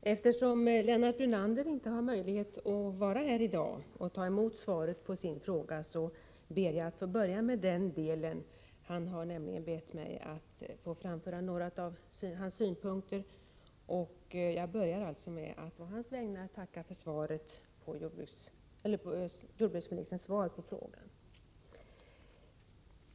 Eftersom Lennart Brunander inte har möjlighet att vara här i dag och ta emot svaret på sin fråga ber jag att få börja med den delen. Han har nämligen bett mig att framföra några av hans synpunkter. Jag börjar alltså med att å Lennart Brunanders vägnar tacka jordbruksministern för svaret på frågan.